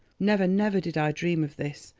never, never did i dream of this.